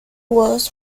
was